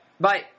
bye